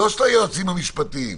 לא של היועצים המשפטיים,